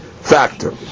factor